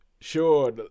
Sure